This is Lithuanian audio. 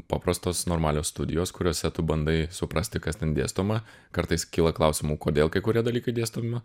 paprastos normalios studijos kuriose tu bandai suprasti kas ten dėstoma kartais kyla klausimų kodėl kai kurie dalykai dėstomi